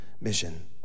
mission